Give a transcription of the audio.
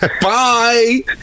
bye